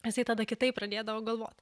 jisai tada kitaip pradėdavo galvot